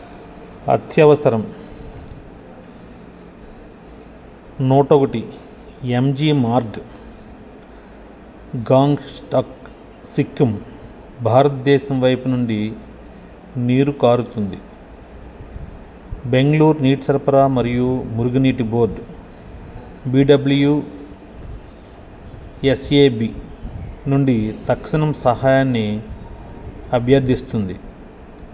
అత్యవసరం నూటొకటి ఎంజీ మార్గ్ గాంగ్టాక్ సిక్కిం భారతదేశం పైపు నుండి నీరు కారుతుంది బెంగుళూరు నీటి సరఫరా మరియు మురుగునీటి బోర్డ్ బిడబల్యూఎస్ఏబి నుండి తక్షణం సహాయాన్ని అభ్యర్థిస్తుంది